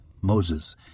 Moses